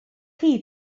chi